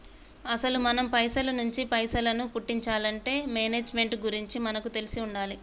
అసలు మనం పైసల నుంచి పైసలను పుట్టించాలంటే మేనేజ్మెంట్ గురించి మనకు తెలిసి ఉండాలి